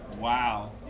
Wow